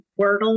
wordle